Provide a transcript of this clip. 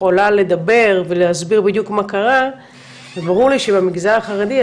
יכולה לדבר ולהסביר בדיוק מה קרה וברור לי שבמגזר החרדי,